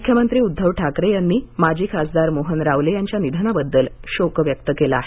मुख्यमंत्री उद्धव ठाकरे यांनी माजी खासदार मोहन रावले यांच्या निधनाबद्दल शोक व्यक्त केला आहे